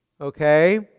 Okay